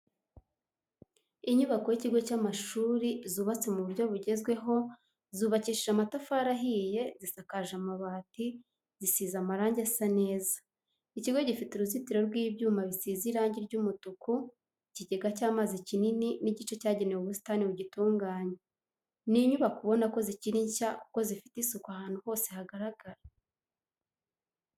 Inyubako y'ikigo cy'amashuri zubatse mu buryo bugezweho zubakishije amatafari ahiye zisakaje amabati zisize amarange asa neza, ikigo gifite uruzitiro rw'ibyuma bisize irangi ry'umutuku, ikigega cy'amazi kinini n'igice cyagenewe ubusitani bugitunganywa. Ni inyubako ubona ko zikiri nshya kuko zifite isuku ahantu hose hagaragara.